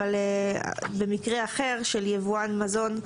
אבל במקרה אחר של יבואן מזון,